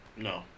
No